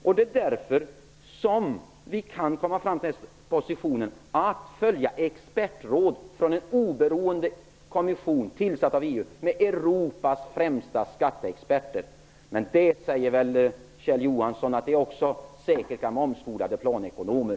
På grund av detta kan vi komma fram till att man skall följa expertråd från en oberoende kommission, med Europas främsta skatteexperter, som är tillsatt av EU. Kjell Johansson säger väl att de också är omskolade planekonomer.